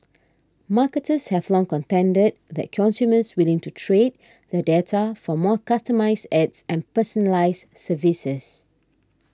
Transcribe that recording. marketers have long contended that consumers willingly to trade their data for more customised ads and personalised services